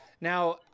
now